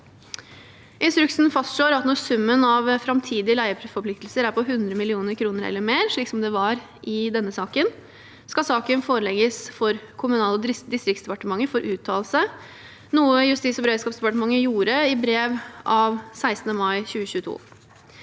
Instruksen fastslår at når summen av framtidige leieforpliktelser er på 100 mill. kr eller mer – slik som det var i denne saken – skal saken forelegges for Kommunal- og distriktsdepartementet for uttalelse, noe Justis- og beredskapsdepartementet gjorde i brev av 16. mai 2022.